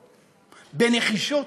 בנחישות,